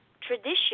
tradition